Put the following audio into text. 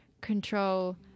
control